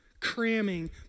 cramming